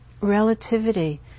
relativity